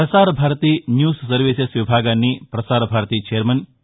ప్రపసార Bharati news services విభాగాన్ని Prasar Bharati chairman ఏ